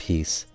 peace